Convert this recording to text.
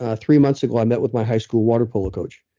ah three months ago, i met with my high school water polo coach,